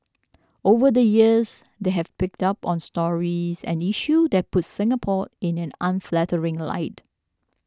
over the years they have picked up on stories and issue that puts Singapore in an unflattering light